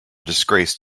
disgrace